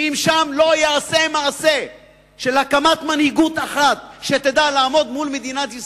שאם שם לא ייעשה מעשה של הקמת מנהיגות אחת שתדע לעמוד מול מדינת ישראל,